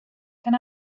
can